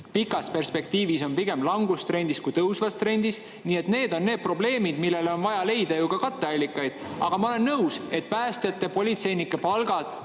pikas perspektiivis on pigem langustrendis kui tõusvas trendis. Need on probleemid, millele on vaja leida katteallikaid. Aga ma olen nõus, et päästjate-politseinike palgad